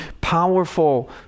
powerful